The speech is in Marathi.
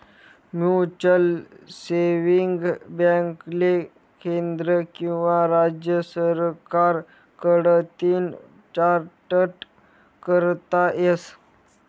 म्युचलसेविंग बॅकले केंद्र किंवा राज्य सरकार कडतीन चार्टट करता येस